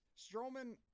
Strowman